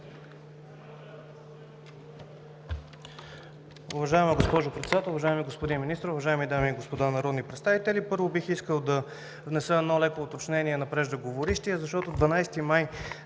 Уважаема госпожо Председател, уважаеми господин Министър, уважаеми дами и господа народни представители! Първо, бих искал да внеса едно леко уточнение на преждеговорившия, защото на 12 май